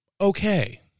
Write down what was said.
okay